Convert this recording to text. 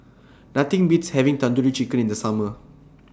Nothing Beats having Tandoori Chicken in The Summer